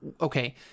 okay